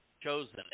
chosen